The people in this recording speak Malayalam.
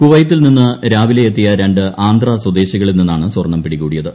കുവൈത്തിൽ നിന്ന് രാവിലെ എത്തിയ രണ്ട് ആന്ധ്രാ സ്വദേശികളിൽ നിന്നാണ് സ്വർണ്ണം പിടികൂടിയത്